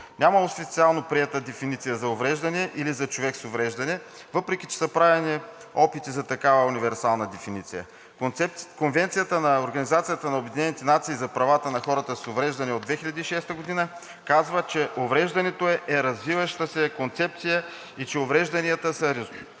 Няма универсално приета дефиниция за „увреждане“ или за „човек с увреждане“, въпреки че са правени опити за такава универсална дефиниция. Конвенцията на ООН за правата на хората с увреждания от 2006 г. казва, че „увреждането е развиваща се концепция и че уврежданията са резултат